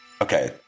Okay